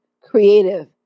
creative